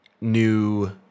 new